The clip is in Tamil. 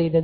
செய்தது